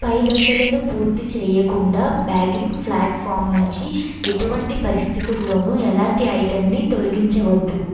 పై దశలను పూర్తి చేయకుండా బ్యాగింగ్ ఫ్లాట్ఫారం నుంచి ఎటువంటి పరిస్థితుల్లోనూ ఎలాంటి ఐటమ్ని తొలగించవద్దు